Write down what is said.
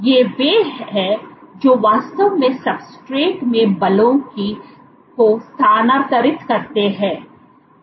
ये वे हैं जो वास्तव में सब्सट्रेट में बलों को स्थानांतरित करते हैं